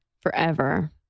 Forever